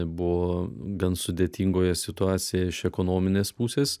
buvo gan sudėtingoje situacijoje iš ekonominės pusės